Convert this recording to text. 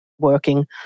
working